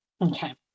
okay